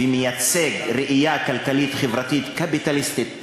ומייצג ראייה כלכלית חברתית קפיטליסטית ניאו-ליברלית,